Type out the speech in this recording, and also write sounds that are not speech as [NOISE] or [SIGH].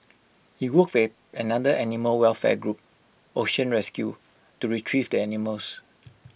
he welfare another animal welfare group ocean rescue to Retrieve the animals [NOISE]